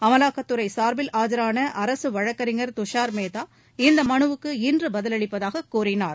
அமலாக்கத்துறை சார்பில் ஆஜாள அரசு வழக்கறிஞர் துஷார் மேத்தா இந்த மனுவுக்கு இன்று பதிலளிப்பதாக கூறினார்